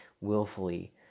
Willfully